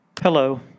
Hello